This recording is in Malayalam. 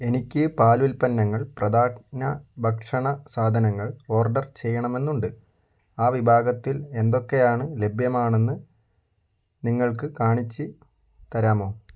എനിക്ക് പാലുൽപ്പന്നങ്ങൾ പ്രധാന ഭക്ഷണ സാധനങ്ങൾ ഓർഡർ ചെയ്യണമെന്നുണ്ട് ആ വിഭാഗത്തിൽ എന്തൊക്കെയാണ് ലഭ്യമാണെന്ന് നിങ്ങൾക്ക് കാണിച്ചു തരാമോ